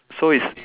so it's